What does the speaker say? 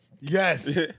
Yes